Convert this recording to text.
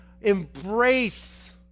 embrace